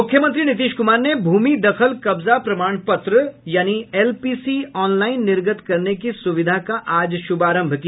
मुख्यमंत्री नीतीश कुमार ने भूमि दखल कब्जा प्रमाण पत्र यानी एलपीसी ऑनलाईन निर्गत करने की सुविधा का आज शुभारंभ किया